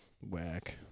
Whack